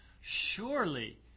surely